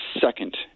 second